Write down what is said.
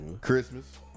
Christmas